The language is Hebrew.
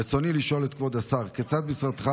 רצוני לשאול את כבוד השר: 1. כיצד משרדך